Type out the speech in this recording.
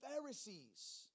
Pharisees